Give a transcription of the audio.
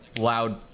loud